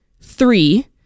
Three